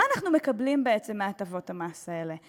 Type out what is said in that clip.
מה אנחנו מקבלים בעצם מהטבות המס האלה?